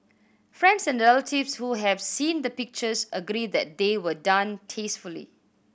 friends and relatives who have seen the pictures agree that they were done tastefully